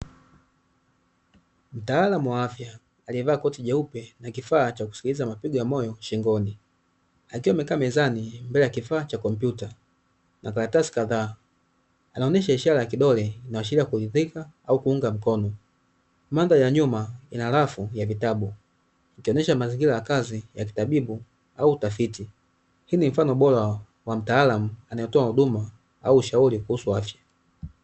Mtaalamu wa afya alivaa koti jeupe na kifaa cha kusikiliza mapigo ya moyo shingoni, akiwa amekaa mezani mbele ya kifaa cha kompyuta na karatasi kadhaa anaonyesha ishara ya kidole inayoashiria kuridhika au kuunga mkono, mandhari ya nyuma ina rafu ya vitabu ukiendesha mazingira ya kazi ya kitabibu au utafiti. Hii ni mfano bora wa mtaalamu anayetoa huduma au ushauri kuhusu afya.